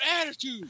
attitude